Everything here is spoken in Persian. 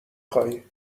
خوایی